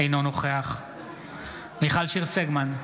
אינו נוכח מיכל שיר סגמן,